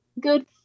good